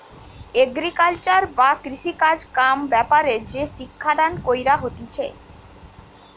agriculture বা কৃষিকাজ কাম ব্যাপারে যে শিক্ষা দান কইরা হতিছে